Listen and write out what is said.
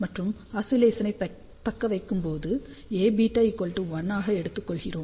மற்றும் ஆசிலேசனைத் தக்கவைக்கும் போது Aβ1 ஆக எடுத்துக் கொள்கிறோம்